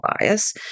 bias